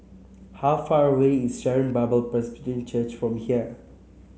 how far away is Sharon Bible Presbyterian Church from here